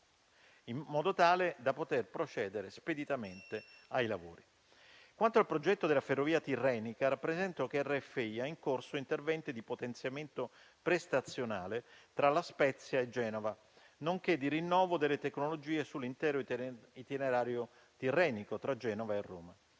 in modo tale da poter procedere speditamente ai lavori. Quanto al progetto della ferrovia tirrenica, rappresento che RFI ha in corso interventi di potenziamento prestazionale tra La Spezia e Genova, nonché di rinnovo delle tecnologie sull'intero itinerario tirrenico tra Genova e Roma.